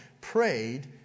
prayed